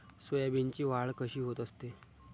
सोयाबीनची वाढ कशी होत असते?